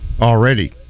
already